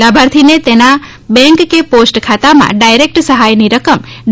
લાભર્થીને તેને તેના bank post ખાતામાં ડાયરેક્ટ સહાયની રકમ ડી